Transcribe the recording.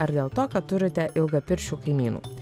ar dėl to kad turite ilgapirščių kaimynų